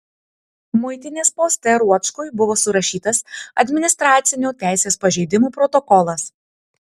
muitinės poste ruočkui buvo surašytas administracinių teisės pažeidimų protokolas